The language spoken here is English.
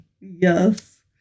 Yes